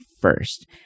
First